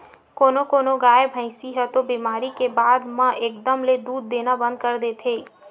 कोनो कोनो गाय, भइसी ह तो बेमारी के बाद म एकदम ले दूद देना बंद कर देथे